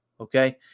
okay